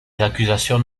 accusations